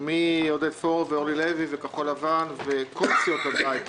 מעודד פורר ואורלי לוי וכחול-לבן וכל סיעות הבית,